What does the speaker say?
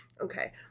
Okay